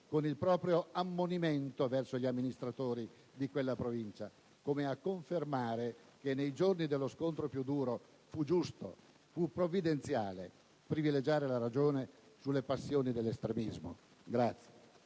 con il proprio ammonimento gli amministratori di quella Provincia, come a confermare che nei giorni dello scontro più duro, fu giusto, fu provvidenziale privilegiare la ragione sulle passioni dell'estremismo.